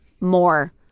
more